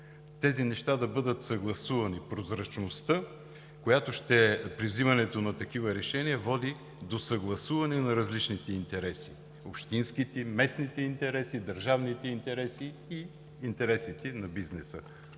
да бъдат съгласувани. Прозрачността при вземането на такива решения води до съгласуване на различните интереси – общинските, местните, държавните интереси и интересите на бизнеса.